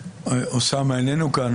אוסאמה איננו כאן,